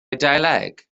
eidaleg